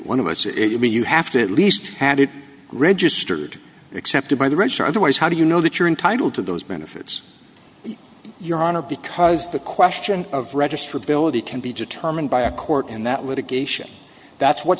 one of us if you have to at least had it registered accepted by the register otherwise how do you know that you're entitled to those benefits your honor because the question of register ability can be determined by a court and that litigation that's what